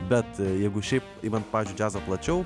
bet jeigu šiaip imant pavyzdžiui džiazą plačiau